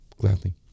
Gladly